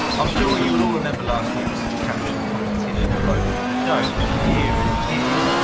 i'm sure you will all remember last week's caption competition photo. if you don't, here it is.